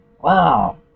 Wow